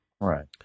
Right